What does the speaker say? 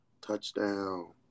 Touchdown